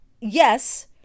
yes